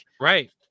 right